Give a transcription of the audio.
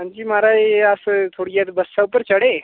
हां जी महाराज एह् अस थोह्ड़ी हारी बस्सै उप्पर चढ़े